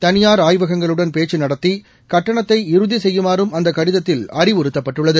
தனியார் ஆய்வகங்களுடன் பேச்சு நடத்தி கட்டணத்தை இறுதி செய்யுமாறும் அந்த கடிதத்தில் அறிவுறுத்தப்பட்டுள்ளது